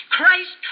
Christ